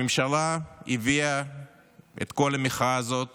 הממשלה הביאה את כל המחאה הזאת